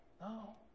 No